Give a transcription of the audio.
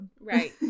Right